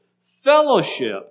fellowship